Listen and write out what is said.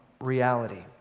reality